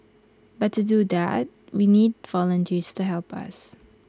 but to do that we need volunteers to help us